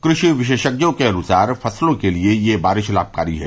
कृषि विशेषज्ञों के अनुसार फसलों के लिए यह बारिश लाभकारी है